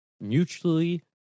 Mutually